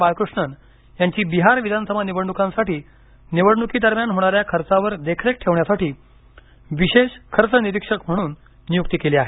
बाळकृष्णन यांची बिहार विधानसभा निवडणुकांसाठी निवडणुकीदरम्यान होणाऱ्या खर्चावर देखरेख ठेवण्यासाठी विशेष खर्च निरीक्षक म्हणून नियुक्ती केली आहे